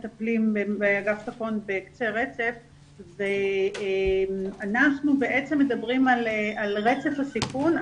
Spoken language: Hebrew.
אגף תקון מטפלים בקצה רצף ואנחנו בעצם מדברים על רצף הסיכון,